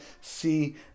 see